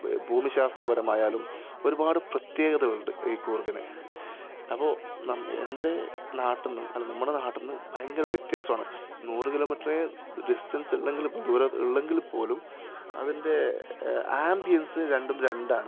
ഭൂമിശാസ്ത്രപരമായാലും ഒരുപാടു പ്രത്യേകതകളുണ്ട് ഈ കൂര്ഗിന് അപ്പോൾ നാം എന്റെ നാട്ടിൽ നിന്നും അല്ല നമ്മുടെ നാട്ടിൽ നിന്ന് ഭയങ്കര വ്യത്യാസമാണ് നൂറ് കിലോ മീറ്ററേ ഡിസ്റ്റന്സുള്ളെങ്കിൽ പോലും ദൂരം ഉള്ളെങ്കിൽ പോലും അതിന്റെ ആമ്പിയന്സ് രണ്ടും രണ്ടാണ്